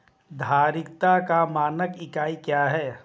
धारिता का मानक इकाई क्या है?